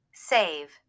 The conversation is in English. Save